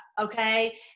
okay